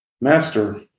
Master